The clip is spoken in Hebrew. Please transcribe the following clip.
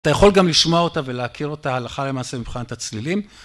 אתה יכול גם לשמוע אותה ולהכיר אותה הלכה למעשה מבחינת הצלילים.